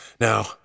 Now